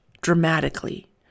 dramatically